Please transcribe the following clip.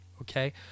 okay